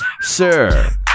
Sir